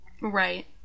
right